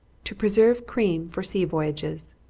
to preserve cream for sea voyages.